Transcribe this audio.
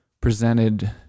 presented